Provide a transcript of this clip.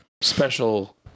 special